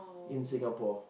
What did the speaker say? in Singapore